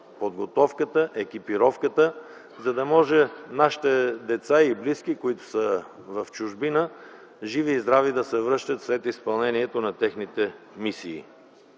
подготовката и екипировката, за да може нашите деца и близки, които са в чужбина, да се връщат живи и здрави след изпълнението на техните мисии.